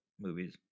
movies